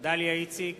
דליה איציק,